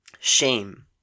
shame